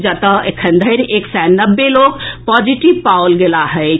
जतय एखन धरि एक सय नब्बे लोक पॉजिटिव पाओल गेलाह अछि